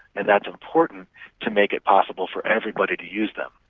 and that's important to make it possible for everybody to use them.